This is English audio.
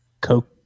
coke